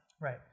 Right